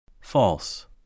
False